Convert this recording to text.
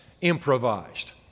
improvised